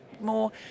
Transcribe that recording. more